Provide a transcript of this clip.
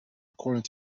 according